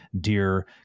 dear